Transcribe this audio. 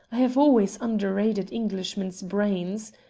have always underrated englishmen's brains.